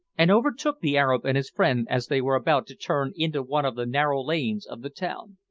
and overtook the arab and his friend as they were about to turn into one of the narrow lanes of the town.